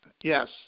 Yes